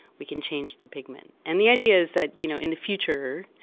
we can change the pigment. and the idea is that you know in the future,